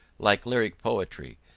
like lyric poetry,